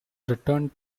returned